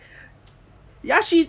ya she